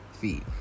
feet